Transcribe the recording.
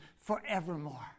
forevermore